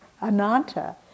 Ananta